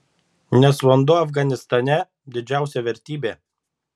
nes vanduo afganistane didžiausia vertybė